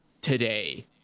today